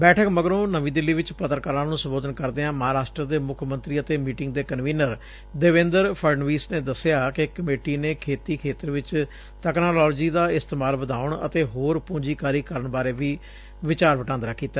ਬੈਠਕ ਮਗਰੋਂ ਨਵੀਂ ਦਿੱਲੀ ਵਿਚ ਪੱਤਰਕਾਰਾਂ ਨੂੰ ਸੰਬੋਧਨ ਕਰਦਿਆਂ ਮਹਾਂਰਾਸ਼ਟਰ ਦੇ ਮੁੱਖ ਮੰਤਰੀ ਅਤੇ ਮੀਟਿੰਗ ਦੇ ਕਨਵੀਨਰ ਦੇਵੇਂਦਰ ਫੜਨਵੀਸ ਨੇ ਦਸਿਆ ਕਿ ਕਮੇਟੀ ਨੇ ਖੇਤੀ ਖੇਤਰ ਵਿਚ ਤਕਨਾਲੋਜੀ ਦਾ ਇਸਤੇਮਾਲ ਵਧਾਉਣ ਅਤੇ ਹੋਰ ਪੁੰਜੀਕਾਰੀ ਕਰਨ ਬਾਰੇ ਵੀ ਵਿਚਾਰ ਵਟਾਂਦਰਾ ਕੀਤਾ